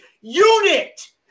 unit